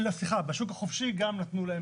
בשוק החופשי גם נתנו להם.